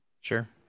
Sure